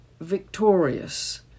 victorious